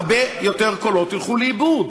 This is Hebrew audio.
הרבה יותר קולות ילכו לאיבוד,